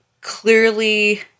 clearly